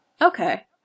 Okay